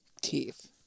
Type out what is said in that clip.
Teeth